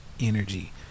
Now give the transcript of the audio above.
energy